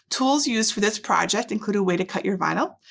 tools used for this project include a way to cut your vinyl.